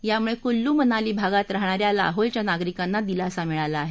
यामुळे कुल्लू मनाली भागात राहणाऱ्या लाहौलच्या नागरिकांना दिलासा मिळाला आहे